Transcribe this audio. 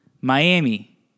Miami